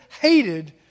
hated